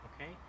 okay